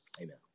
Amen